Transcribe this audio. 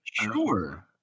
sure